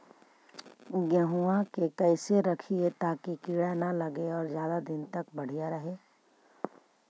गेहुआ के कैसे रखिये ताकी कीड़ा न लगै और ज्यादा दिन तक बढ़िया रहै?